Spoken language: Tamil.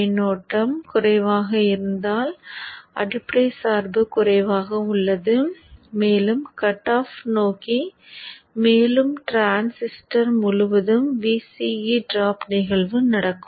மின்னோட்டம் குறைவாக இருந்தால் அடிப்படை சார்பு குறைவாக உள்ளது மேலும் கட் ஆஃப் நோக்கி மேலும் மேலும் டிரான்சிஸ்டர் முழுவதும் Vce டிராப் நிகழ்வு நடக்கும்